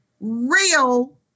real